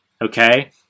okay